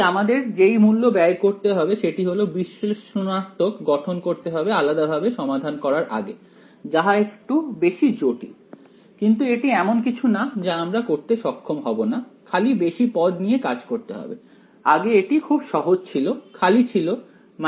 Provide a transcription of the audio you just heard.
তাই আমাদের যেই মূল্য ব্যয় করতে হবে সেটি হল বিশ্লেষণাত্মক গঠন করতে হবে আলাদা ভাবে সমাধান করার আগে যাহা একটু বেশি জটিল কিন্তু এটি এমন কিছু না যা আমরা করতে সক্ষম হব না খালি বেশি পদ নিয়ে কাজ করতে হবে আগে এটি খুব সহজ ছিল খালি ছিল 2